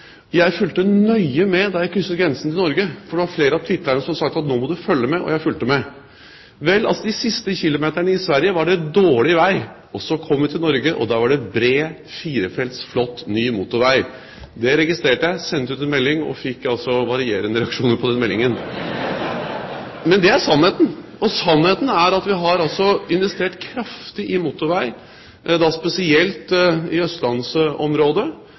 Jeg fulgte nøye med da jeg krysset grensen til Norge, for det var flere av tvitrerne som hadde sagt at nå må du følge med – og jeg fulgte med. Vel, de siste kilometrene i Sverige var det dårlig vei, og så kom vi til Norge, og der var det bred firefelts flott ny motorvei. Det registrerte jeg, sendte ut en melding, og fikk altså varierende reaksjoner på den meldingen! Men det er sannheten, og sannheten er at vi har investert kraftig i motorvei, da spesielt